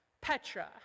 petra